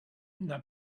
n’a